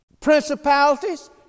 principalities